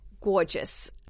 Gorgeous